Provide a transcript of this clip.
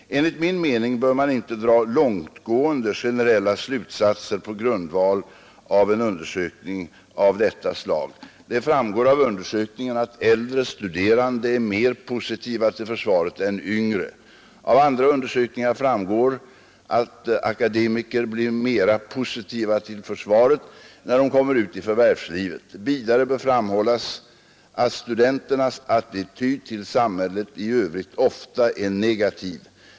Enligt min mening bör man inte dra långtgående generella siutsatser på grundval av en undersökning av detta slag. Det framgår av undersökningen att äldre studerande är mer positiva till försvaret än yngre. Av andra undersökningar framgår att akademiker blir mera positiva till försvaret när de kommer ut i förvärvslivet. Vidare bör framhållas att studenternas attityder till samhället i övrigt ofta är negativ.